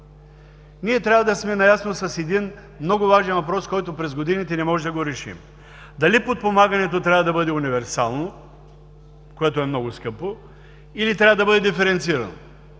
Ние трябва да сме наясно с един много важен въпрос, който през годините не можем да решим – дали подпомагането трябва да бъде универсално, което е много скъпо, или трябва да бъде диференцирано?